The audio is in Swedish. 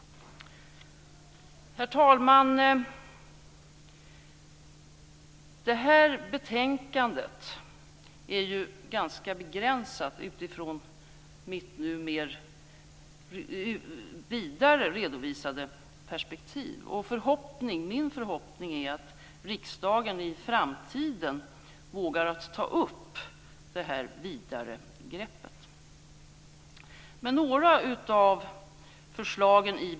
Herr talman! Betänkandet är ganska begränsat i mitt nu redovisade vidare perspektiv. Min förhoppning är att riksdagen i framtiden vågar ta upp detta vidare grepp.